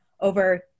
over